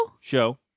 show